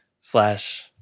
slash